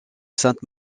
sainte